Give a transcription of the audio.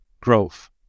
growth